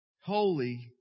Holy